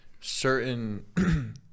certain